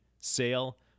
sale